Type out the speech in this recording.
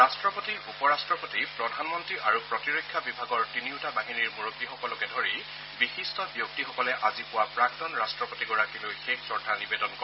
ৰাট্টপতি উপ ৰাট্টপতি প্ৰধানমন্ত্ৰী আৰু প্ৰতিৰক্ষা বিভাগৰ তিনিওটা বাহিনীৰ মুৰববীসকলকে ধৰি বিশিষ্ট ব্যক্তিসকলে আজি পুৱা প্ৰাক্তন ৰাষ্ট্ৰপতিগৰাকীলৈ শ্ৰদ্ধা নিৱেদন কৰে